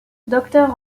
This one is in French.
docteur